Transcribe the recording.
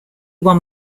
won